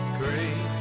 great